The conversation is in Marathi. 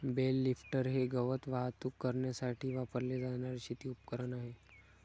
बेल लिफ्टर हे गवत वाहतूक करण्यासाठी वापरले जाणारे शेती उपकरण आहे